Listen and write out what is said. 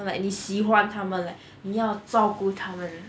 you know like 你喜欢它们 lah 你要照顾他们